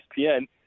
ESPN